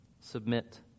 submit